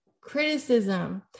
criticism